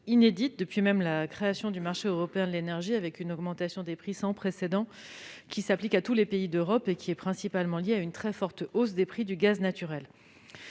inédite depuis la création du marché européen de l'énergie, avec une augmentation des prix sans précédent qui s'applique à tous les pays d'Europe et qui est principalement liée à une très forte hausse des prix du gaz naturel.